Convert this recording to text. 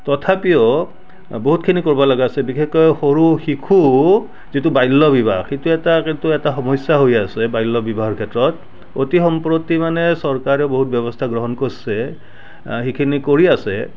তথাপিও বহুতখিনি কৰিব লগা আছে বিশেষকৈ সৰু শিশু যিটো বাল্যবিবাহ সেইটো এটা কিন্তু এটা সমস্যা হৈ আছে বাল্যবিবাহৰ ক্ষেত্ৰত অতি সম্প্ৰতি মানে চৰকাৰে বহুত ব্যৱস্থা গ্ৰহণ কৰছে সেইখিনি কৰি আছে